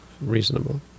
reasonable